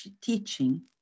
teaching